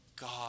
God